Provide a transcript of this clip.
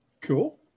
Cool